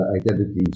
identities